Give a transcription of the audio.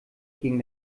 ging